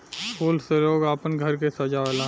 फूल से लोग आपन घर के सजावे ला